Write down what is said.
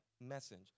message